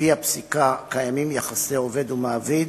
על-פי הפסיקה קיימים יחסי עובד ומעביד,